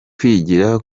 kwigira